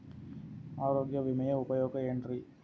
ಆರೋಗ್ಯ ವಿಮೆಯ ಉಪಯೋಗ ಏನ್ರೀ?